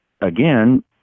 again